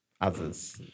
Others